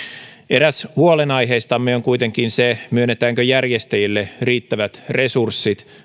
eräs huolenaiheistamme on kuitenkin se myönnetäänkö järjestäjille riittävät resurssit